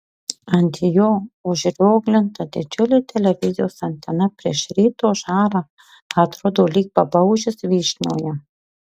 ant jo užrioglinta didžiulė televizijos antena prieš ryto žarą atrodo lyg babaužis vyšnioje